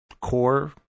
core